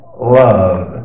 love